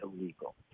illegal